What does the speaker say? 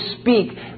speak